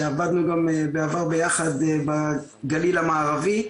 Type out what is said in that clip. שעבדנו גם בעבר ביחד בגליל המערבי.